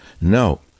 No